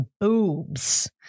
boobs